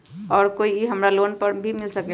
और का इ हमरा लोन पर भी मिल सकेला?